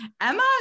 Emma